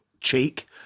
cheek